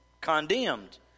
Condemned